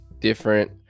different